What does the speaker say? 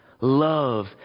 love